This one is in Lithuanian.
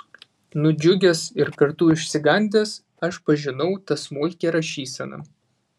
nudžiugęs ir kartu išsigandęs aš pažinau tą smulkią rašyseną